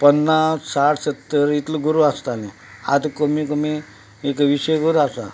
पन्नास साठ सत्तर इतलीं गोरवां आसतालीं आतां कमीत कमी एक विशेक वयर आसा